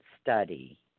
study